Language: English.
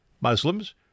Muslims